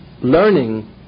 learning